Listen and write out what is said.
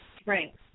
strength